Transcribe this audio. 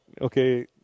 okay